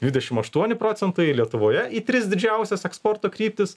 dvidešim aštuoni procentai lietuvoje į tris didžiausias eksporto kryptis